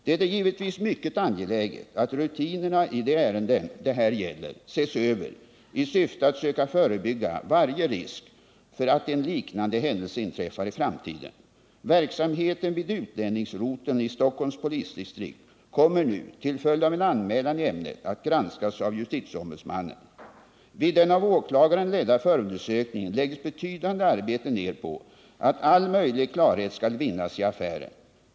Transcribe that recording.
Det är givetvis mycket angeläget att rutinerna i de ärenden det här gäller ses över i syfte att söka förebygga varje risk för att en liknande händelse inträffar i framtiden. Verksamheten vid utlänningsroteln i Stockholms polisdistrikt kommer nu till följd av en anmälan i ämnet att granskas av justitieombudsmannen. Vid den av åklagaren ledda förundersökningen läggs betydande arbete ner på att all möjlig klarhet skall vinnas i affären.